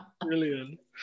Brilliant